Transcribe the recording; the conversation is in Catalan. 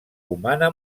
humana